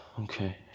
Okay